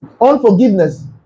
Unforgiveness